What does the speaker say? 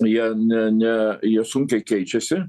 jie ne ne jie sunkiai keičiasi